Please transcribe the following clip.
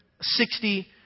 sixty